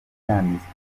yanditswe